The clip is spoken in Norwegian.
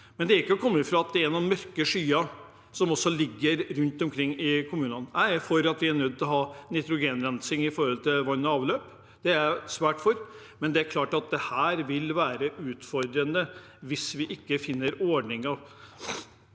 Det er ikke til å komme fra at det er noen mørke skyer som også ligger rundt kommunene. Jeg er for at vi er nødt til å ha nitrogenrensing av vann og avløp – det er jeg svært for – men det er klart at dette vil være utfordrende hvis vi ikke finner ordninger,